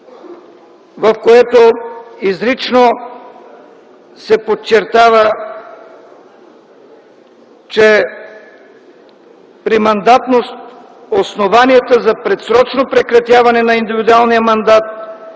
в което изрично се подчертава, че при мандатност основанията за предсрочно прекратяване на индивидуалния мандат